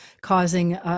causing